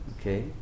Okay